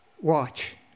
watch